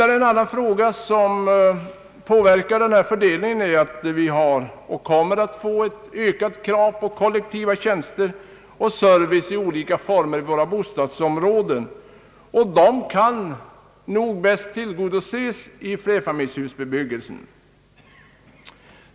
En annan faktor som påverkar denna fördelning är att vi har och kommer att få ökade krav på kollektiva tjänster och service i olika former inom våra bostadsområden, och de kraven kan nog bäst tillgodoses i flerfamiljshusbebyggelsen.